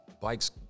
bikes